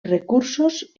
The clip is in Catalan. recursos